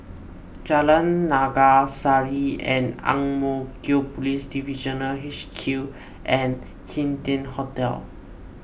Jalan Naga Sari Ang Mo Kio Police Divisional H Q and Kim Tian Hotel